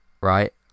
right